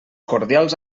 cordials